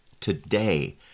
today